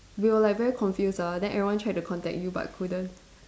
we were like very confused ah then everyone tried to contact you but couldn't